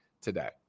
today